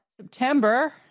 September